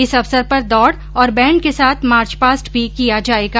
इस अवसर पर दौड़ और बैण्ड के साथ मार्चपास्ट भी किया जायेगा